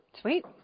Sweet